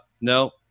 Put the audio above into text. no